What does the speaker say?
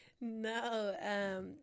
No